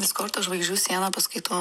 diskordo žvaigždžių sieną paskaitau